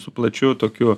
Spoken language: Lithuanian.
su plačiau tokiu